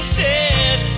says